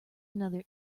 another